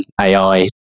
AI